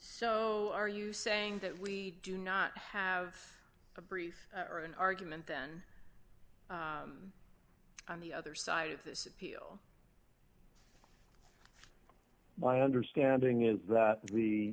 so are you saying that we do not have a brief or an argument then on the other side of this appeal my understanding is that